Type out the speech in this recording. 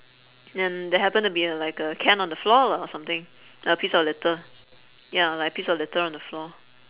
then there happened to be a like a can on the floor lah or something a piece of litter ya like a piece of litter on the floor